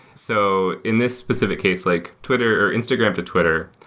so in this specific case, like twitter, or instagram to twitter,